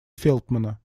фелтмана